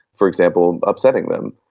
for example, upsetting them,